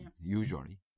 usually